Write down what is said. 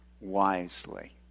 wisely